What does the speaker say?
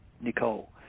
Nicole